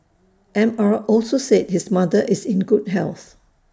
M R also said his mother is in good health